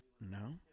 No